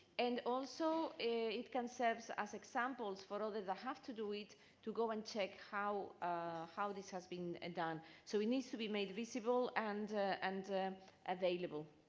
and also it can serve so as examples for others who ah have to do it to go and check how how this has been ah done. so it needs to be made visible and and available.